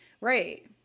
Right